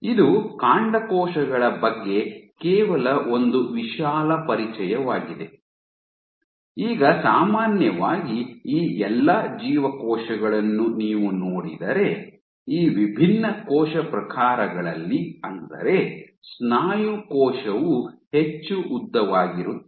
ಇದು ಕಾಂಡಕೋಶಗಳ ಬಗ್ಗೆ ಕೇವಲ ಒಂದು ವಿಶಾಲ ಪರಿಚಯವಾಗಿದೆ ಈಗ ಸಾಮಾನ್ಯವಾಗಿ ಈ ಎಲ್ಲಾ ಜೀವಕೋಶಗಳನ್ನು ನೀವು ನೋಡಿದರೆ ಈ ವಿಭಿನ್ನ ಕೋಶ ಪ್ರಕಾರಗಳಲ್ಲಿ ಅಂದರೆ ಸ್ನಾಯು ಕೋಶವು ಹೆಚ್ಚು ಉದ್ದವಾಗಿರುತ್ತದೆ